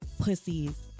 pussies